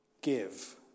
give